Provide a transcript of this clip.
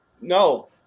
No